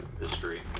history